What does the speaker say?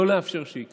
לא לאפשר שזה יקרה.